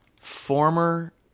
former